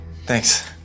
Thanks